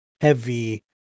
heavy